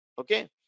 Okay